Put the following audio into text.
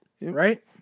right